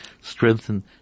strengthen